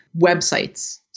websites